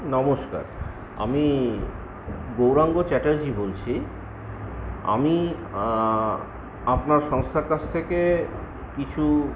নমস্কার আমি গৌরাঙ্গ চ্যাটার্জী বলছি আমি আপনার সংস্থার কাছ থেকে কিছু